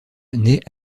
naît